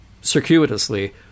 circuitously